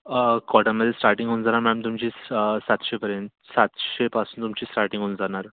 कॉटनमध्ये स्टार्टींग होऊन जाणार मॅम तुमची सातशेपर्यंत सातशेपासुन तुमची स्टार्टींग होऊन जाणार